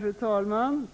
Fru talman!